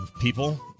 people